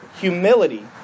humility